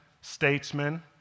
statesmen